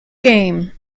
game